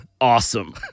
awesome